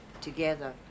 together